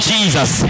Jesus